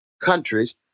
countries